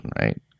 right